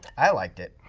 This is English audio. i liked it,